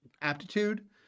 aptitude